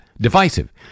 divisive